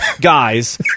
guys